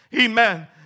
Amen